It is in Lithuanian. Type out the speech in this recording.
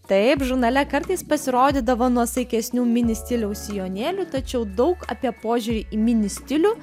taip žurnale kartais pasirodydavo nuosaikesnių mini stiliaus sijonėlių tačiau daug apie požiūrį į mini stilių